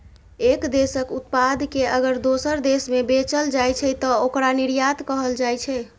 एक देशक उत्पाद कें अगर दोसर देश मे बेचल जाइ छै, तं ओकरा निर्यात कहल जाइ छै